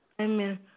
Amen